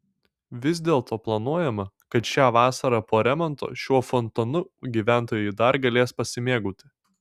vis dėlto planuojama kad šią vasarą po remonto šiuo fontanu gyventojai dar galės pasimėgauti